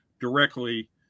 directly